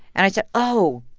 and i said, oh,